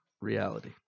reality